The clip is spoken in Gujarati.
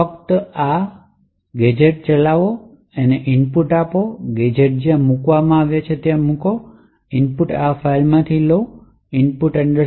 ફક્ત આ ચલાવો અને ઇનપુટ છે ગેજેટ્સ જ્યાં મૂકવામાં આવ્યા છે તે ઇનપુટ આ ફાઇલમાં છે input vm